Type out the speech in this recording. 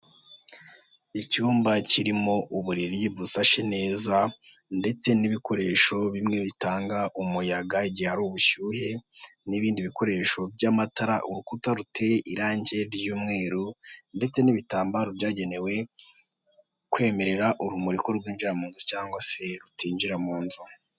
Icyumba kirimo uburiri busashe neza, ndetse n'ibikoresho bimwe bitanga umuyaga igihe ubushyuhe, n'ibindi bikoresho by'amatara, urukuta ruteye irangi ry'umweru, ndetse n'ibitambaro byagenewe kwemerera urumuriko rwinjira mu nzu cyangwa se rutinjira mu nzu.